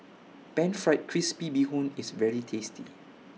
Pan Fried Crispy Bee Hoon IS very tasty